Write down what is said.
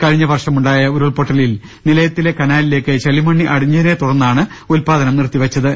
കഴിഞ്ഞ വർഷമുണ്ടായ ഉരുൾപൊട്ടലിൽ നിലയത്തിലെ കനാലിലേക്ക് ചളിമണ്ണ് അടിഞ്ഞതിനെ തുടർന്നാണ് ഉൽപാദനം നിർത്തിവെച്ചത്